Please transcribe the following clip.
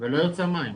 ולא יוצא מים,